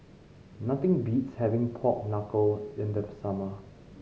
nothing beats having pork knuckle in the summer